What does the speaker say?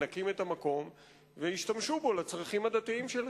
מנקים את המקום וישתמשו בו לצרכים הדתיים שלהם.